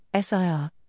SIR